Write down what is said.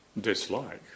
dislike